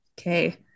okay